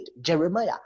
Jeremiah